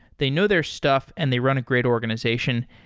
they know their stuff and they run a great organization.